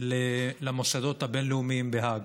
למוסדות הבין-לאומיים בהאג,